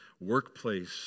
workplace